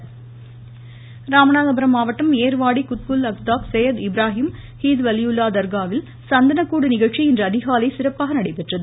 சந்தனக்கூடு ராமநாதபுரம் மாவட்டம் ஏர்வாடி குத்புல் அக்தாப் செய்யது இப்ராஹீம் ஹீது வலியுல்லாஹ் தர்காவில் சந்தனக்கூடு நிகழ்ச்சி இன்று அதிகாலை சிறப்பாக நடைபெற்றது